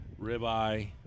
ribeye